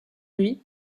lui